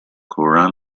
koran